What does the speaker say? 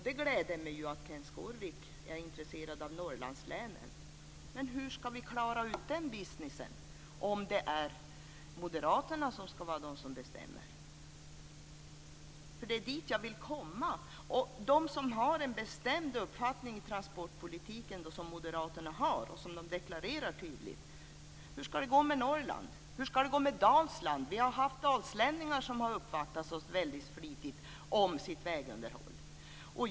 Det gläder mig att Kenth Skårvik är intresserad av Norrlandslänen, men hur ska vi klara ut den businessen om moderaterna ska vara de som bestämmer? Det är dit jag vill komma. Moderaterna deklarerar tydligt att de har en bestämd uppfattning i transportpolitiken. Hur ska det gå med Norrland? Hur ska det gå med Dalsland? Vi har haft dalslänningar som har uppvaktat oss väldigt flitigt om sitt vägunderhåll.